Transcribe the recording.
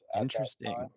Interesting